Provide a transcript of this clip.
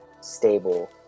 stable